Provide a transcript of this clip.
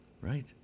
right